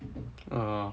err